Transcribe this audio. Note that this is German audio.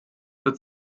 für